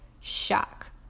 shock